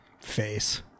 Face